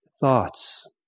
thoughts